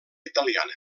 italiana